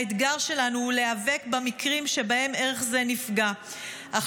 האתגר שלנו הוא להיאבק במקרים שבהם ערך זה נפגע אך